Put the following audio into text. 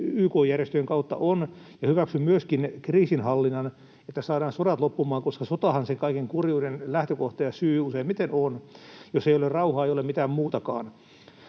YK-järjestöjen kautta on, ja hyväksyn myöskin kriisinhallinnan, että saadaan sodat loppumaan, koska sotahan sen kaiken kurjuuden lähtökohta ja syy useimmiten on. Jos ei ole rauhaa, ei ole mitään muutakaan.